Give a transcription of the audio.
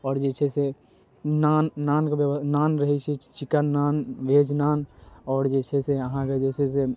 आओर जे छै से नान नानके नान रहै छै चिकन नानवेज नान आओर जे छै से अहाँके जे छै से